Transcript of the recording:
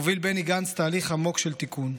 הוביל בני גנץ תהליך עמוק של תיקון.